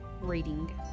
reading